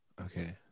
Okay